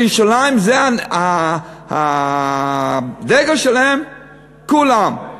כשירושלים זה הדגל שלהם, כולם.